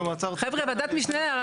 היו הרבה דברים שהיו עמדת הממשלה בהתחלה.